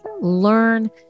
learn